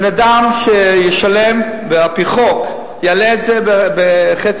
אדם ישלם, ועל-פי חוק יעלו את זה ב-0.5%,